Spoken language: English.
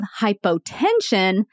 hypotension